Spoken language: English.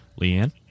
Leanne